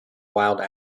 wild